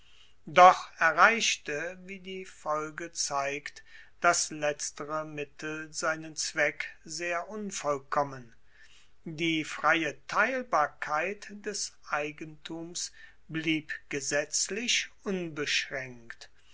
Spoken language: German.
doch erreichte wie die folge zeigt das letztere mittel seinen zweck sehr unvollkommen die freie teilbarkeit des eigentums blieb gesetzlich unbeschraenkt